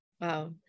wow